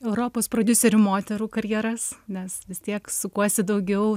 europos prodiuserių moterų karjeras nes vis tiek sukuosi daugiau